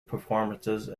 performance